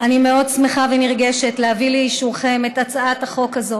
אני מאוד שמחה ונרגשת להביא לאישורכם את הצעת החוק הזאת